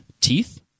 teeth